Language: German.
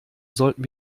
sollten